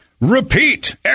repeat